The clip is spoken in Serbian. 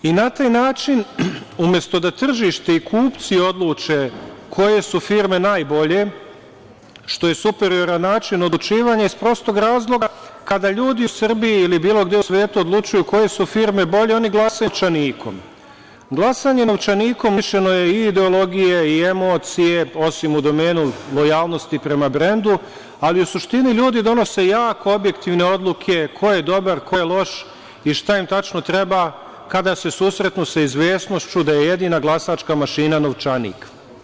Na taj način, umesto da tržište i kupci odluče koje su firme najbolje, što je superioran način odlučivanja iz prostog razloga kada ljudi u Srbiji ili bilo gde u svetu odlučuju koje su firme bolje, oni glasaju novčanikom, glasanje novčanikom lišeno je i ideologije i emocije, osim u domenu lojalnosti prema brendu, ali u suštini ljudi donose jako objektivne odluke ko je dobar, ko je loš i šta im tačno treba kada se susretnu sa izvesnošću da je jedina glasačka mašina novčanik.